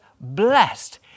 blessed